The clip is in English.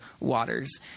waters